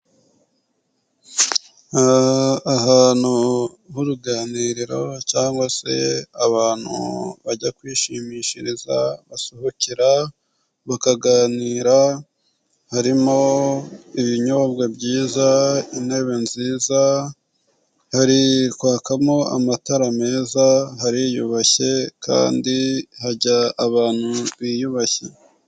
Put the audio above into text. Ahantu h'uruganiriro cyangwa se abantu bajya kwishimishiriza, basohokera bakaganira, harimo ibinyobwa byiza, intebe nziza, hari kwakamo amatara meza, hariyubashye kandi hajya abantu biyubashye.